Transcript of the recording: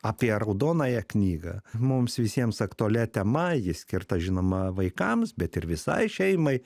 apie raudonąją knygą mums visiems aktualia tema ji skirta žinoma vaikams bet ir visai šeimai